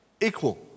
equal